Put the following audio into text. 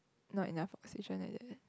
not enough oxygen like that